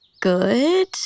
good